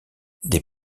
des